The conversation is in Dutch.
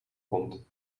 komt